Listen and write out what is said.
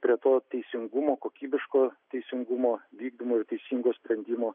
prie to teisingumo kokybiško teisingumo vykdymo ir teisingo sprendimo